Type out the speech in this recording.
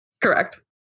Correct